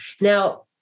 now